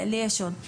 לי יש עוד שאלות.